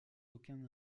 aucun